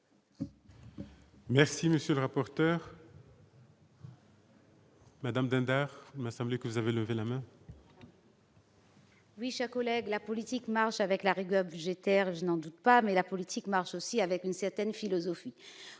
Merci, monsieur le rapporteur. Madame Dindar m'a semblé que vous avez levé la main. Oui, j'ai collègues la politique marche avec la rigueur budgétaire, je n'en doute pas, mais la politique marche aussi avec une certaine philosophie